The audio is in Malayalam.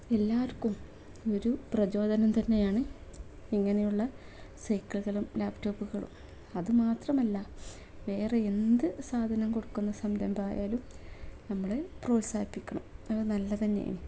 എല്ലാവർക്കും ഒരു പ്രചോദനം തന്നെയാണ് ഇങ്ങനെയുള്ള സൈക്കിളുകളും ലാപ്ടോപ്പുകളും അതു മാത്രമല്ല വേറെ എന്ത് സാധനം കൊടുക്കുന്ന സംരംഭമായാലും നമ്മൾ പ്രോത്സാഹിപ്പിക്കണം അതു നല്ലതു തന്നെയാണ്